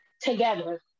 Together